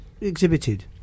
exhibited